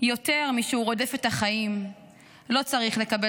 יותר משהוא רודף את החיים לא צריך לקבל